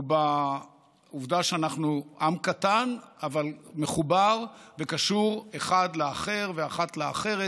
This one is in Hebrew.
הוא בעובדה שאנחנו עם קטן אבל מחובר וקשור אחד לאחר ואחת לאחרת,